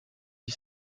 dix